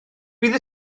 bydd